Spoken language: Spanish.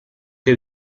que